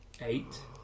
eight